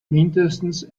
mindestens